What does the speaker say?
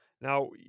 Now